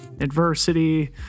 adversity